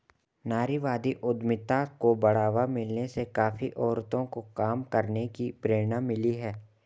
नारीवादी उद्यमिता को बढ़ावा मिलने से काफी औरतों को काम करने की प्रेरणा मिली है